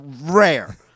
Rare